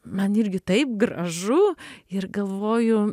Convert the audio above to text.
man irgi taip gražu ir galvoju